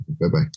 Bye-bye